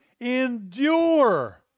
endure